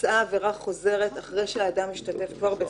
בוצעה עבירה חוזרת אחרי שאדם השתתף כבר בסדנה,